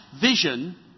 vision